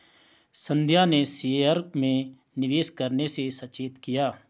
संध्या ने शेयर में निवेश करने से सचेत किया